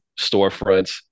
storefronts